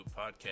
Podcast